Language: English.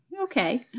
Okay